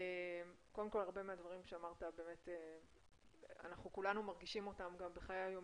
הרבה מהדברים שאמרת כולנו מרגישים אותם ביום